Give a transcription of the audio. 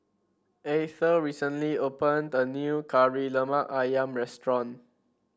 Eithel recently opened a new Kari Lemak ayam restaurant